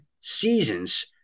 seasons